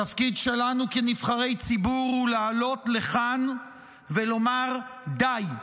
התפקיד שלנו כנבחרי ציבור הוא לעלות לכאן ולומר: די.